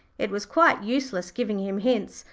it was quite useless giving him hints,